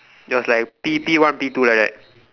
that was like P P one P two like that